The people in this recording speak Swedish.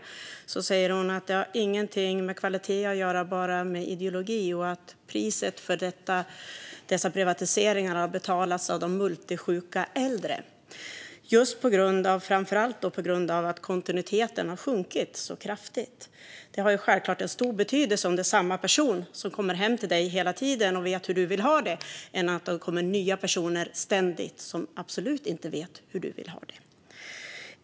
Hon säger att detta inte har någonting med kvalitet att göra utan bara med ideologi och att priset för dessa privatiseringar har betalats av de multisjuka äldre, framför allt på grund av att kontinuiteten har sjunkit så kraftigt. Det har självklart stor betydelse om det är samma person som kommer hem till dig hela tiden och vet hur du vill ha det i stället för att det ständigt kommer nya personer som absolut inte vet hur du vill ha det.